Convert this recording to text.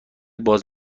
باز